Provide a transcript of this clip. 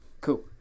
Cool